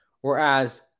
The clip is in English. Whereas